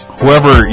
Whoever